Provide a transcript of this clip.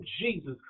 Jesus